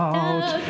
out